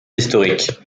historique